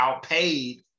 outpaid